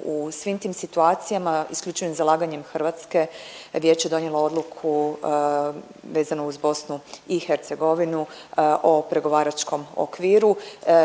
U svim tim situacijama isključivim zalaganjem Hrvatske, Vijeće je donijelo odluku vezano uz BiH o pregovaračkom okviru